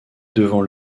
devant